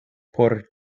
por